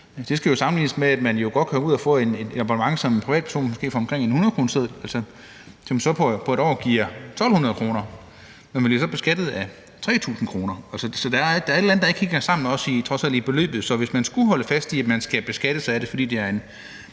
det skal jo sammenlignes med, at man godt kan gå ud og få et abonnement som privatperson for måske omkring en hundredkroneseddel, hvilket så på et år giver 1.200 kr. Men her bliver man beskattet af 3.000 kr., så der er et eller andet, der ikke hænger sammen, heller ikke hvad angår beløbet. Så hvis man skulle holde fast i, at man skal beskattes af det, fordi det er et